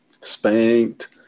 spanked